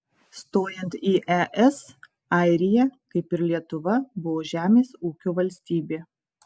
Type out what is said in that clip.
stojant į es airija kaip ir lietuva buvo žemės ūkio valstybė